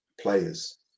players